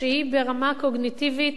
שהיא ברמה קוגניטיבית,